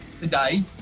today